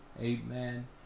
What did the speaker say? Amen